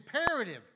imperative